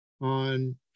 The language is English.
on